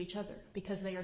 each other because they are